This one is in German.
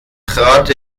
trat